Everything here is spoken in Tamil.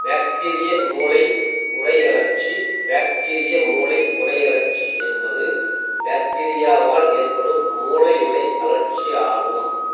பேக்டீரிய மூளை உறையழற்சி பேக்டீரிய மூளை உறையழற்சி என்பது பேக்டீரியாவால் ஏற்படும் மூளையுறை அழற்சி ஆகும்